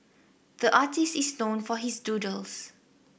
the artist is known for his doodles